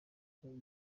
icyo